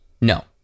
No